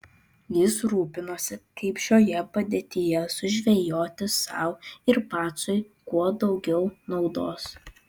jis rūpinosi kaip šioje padėtyje sužvejoti sau ir pacui kuo daugiau naudos